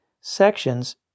sections